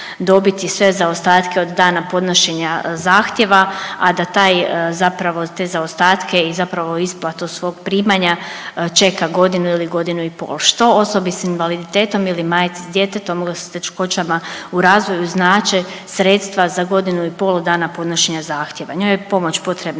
dobiti sve zaostatke od dana podnošenja zahtjeva, a da taj zapravo te zaostatke i zapravo isplatu svog primanja čeka godinu ili godinu i pol, što osobi s invaliditetom ili majci s djetetom s teškoćama u razvoju znače sredstva za godinu i pol dana podnošenja zahtjeva, njoj je pomoć potrebna